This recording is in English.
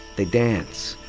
they dance